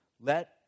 Let